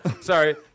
Sorry